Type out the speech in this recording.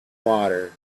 water